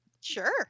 Sure